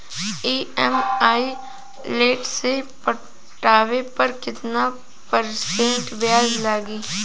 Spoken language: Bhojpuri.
ई.एम.आई लेट से पटावे पर कितना परसेंट ब्याज लगी?